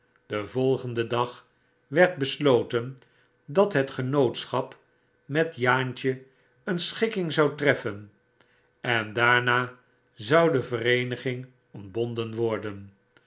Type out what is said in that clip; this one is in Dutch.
den volgenden dag werd besloten dat het g enootschap met jaantje een sehikking zou treffen en daarha zou de vereeniging ontbonden worden